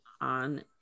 on